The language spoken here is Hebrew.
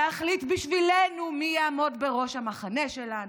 להחליט בשבילנו מי יעמוד בראש המחנה שלנו,